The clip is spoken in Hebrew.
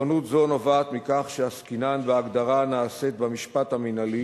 "נכונות זו נובעת מכך שעסקינן בהגדרה הנעשית במשפט המינהלי